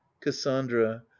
cassandra